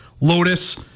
Lotus